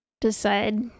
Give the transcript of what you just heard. decide